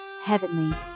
heavenly